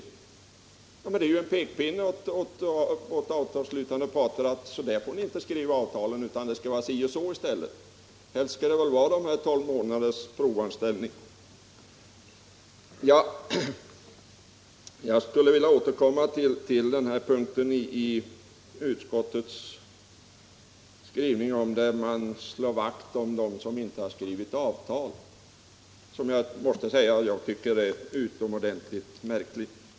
Men det är ju en pekpinne åt avtalsslutande parter, om man säger att de inte skall få skriva avtalen som de själva vill, utan att avtalen skall vara si eller så i stället — och helst skall det väl vara tolv månaders provanställning. Jag återkommer till den punkt i utskottets skrivning där man slår vakt om dem som inte har skrivit på något avtal. Jag måste säga att jag tycker att den är utomordentligt märklig.